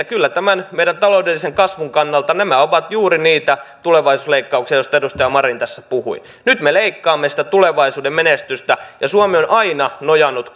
kyllä tämän meidän taloudellisen kasvumme kannalta nämä ovat juuri niitä tulevaisuusleikkauksia joista edustaja marin tässä puhui nyt me leikkaamme sitä tulevaisuuden menestystä suomi on aina nojannut